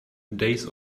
days